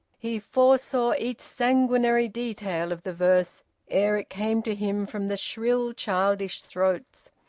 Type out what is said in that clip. he foresaw each sanguinary detail of the verse ere it came to him from the shrill childish throats.